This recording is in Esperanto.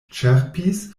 ĉerpis